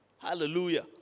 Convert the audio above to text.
Hallelujah